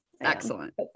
Excellent